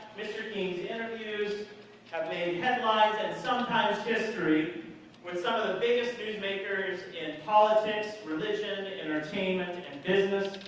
mr. king's interviews have made headlines, and sometimes history with some of the biggest news makers in politics, religion, entertainment, and business.